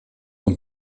нам